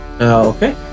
Okay